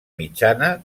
mitjana